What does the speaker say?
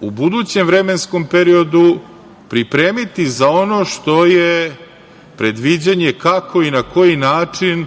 u budućem vremenskom periodu pripremiti za ono što je predviđanje kako i na koji način